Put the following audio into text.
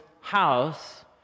house